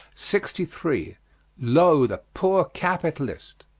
sixty three. lo, the poor capitalist.